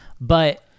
But-